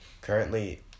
currently